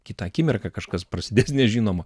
kitą akimirką kažkas prasidės nežinomo